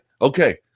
Okay